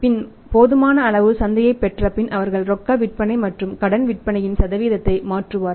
பின் போதுமான அளவு சந்தையை பெற்றபின் அவர்கள் ரொக்க விற்பனை மற்றும் கடன் விற்பனையின் சதவீதத்தை மாற்றுவார்கள்